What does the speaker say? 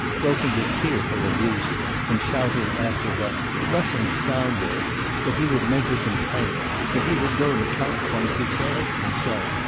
broke into tearful abuse and shouted after the russian scoundrels that he would make a complaint, that he would go to count von kizerits himself,